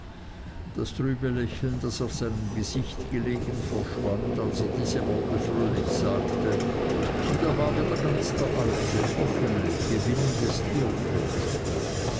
das trübe lächeln das auf seinem gesicht gelegen verschwand als er diese worte fröhlich sagte und er war wieder ganz der alte offene gewinnende